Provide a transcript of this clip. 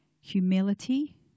humility